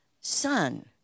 son